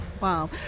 wow